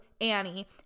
Annie